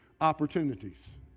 opportunities